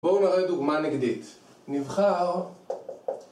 בואו נראה דוגמא נגדית, נבחר...